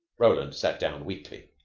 roland sat down weakly.